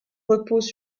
repose